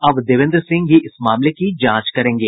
अब देवेन्द्र सिंह इस मामले की जांच करेंगे